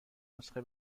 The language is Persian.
نسخه